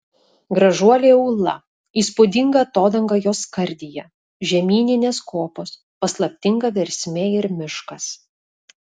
gražuolė ūla įspūdinga atodanga jos skardyje žemyninės kopos paslaptinga versmė ir miškas